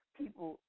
people